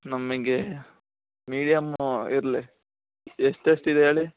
ನಮಗೆ ಮೀಡಿಯಮ್ಮು ಇರಲಿ ಎಷ್ಟು ಎಷ್ಟು ಇದೆ ಹೇಳಿ